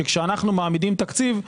שכשאנחנו מעמידים תקציב,